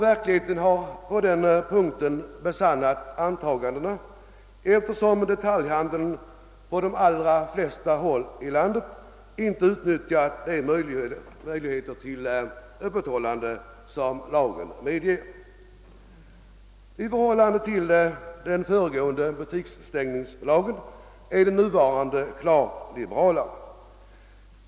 Verkligheten har på den punkten besannat antagandena, eftersom detaljhandeln på de allra flesta håll i landet inte utnyttjat de möjligheter till öppethållande som lagen medger. I förhållande till den föregående butikstängningslagen är den nuvarande lagen klart mera liberal.